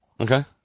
Okay